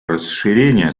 расширения